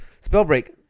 Spellbreak